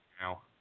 now